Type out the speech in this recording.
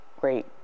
great